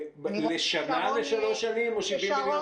לשנה או לשלוש שנים?